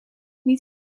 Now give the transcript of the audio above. niet